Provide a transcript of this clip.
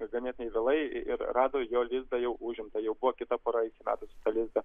ganėtinai vėlai ir rado jo lizdą jau užimtą jau buvo kita pora įsimetusi į tą lizdą